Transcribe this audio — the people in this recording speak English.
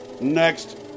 Next